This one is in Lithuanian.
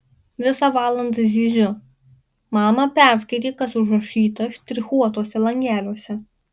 visą valandą zyziu mama perskaityk kas užrašyta štrichuotuose langeliuose